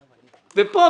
ופה,